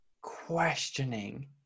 questioning